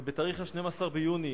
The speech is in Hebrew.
בתאריך 12 ביוני,